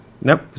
nope